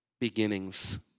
beginnings